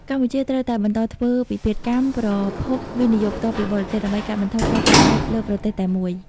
កម្ពុជាត្រូវតែបន្តធ្វើពិពិធកម្ម "ប្រភព វិនិយោគផ្ទាល់ពីបរទេស" ដើម្បីកាត់បន្ថយការពឹងផ្អែកលើប្រទេសតែមួយ។